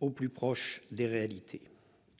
au plus proche des réalités.